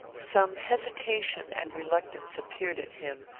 some hesitation and reluctance appeared in him,